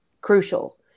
crucial